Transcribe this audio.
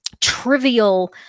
trivial